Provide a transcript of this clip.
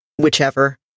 whichever